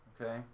okay